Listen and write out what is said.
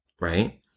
right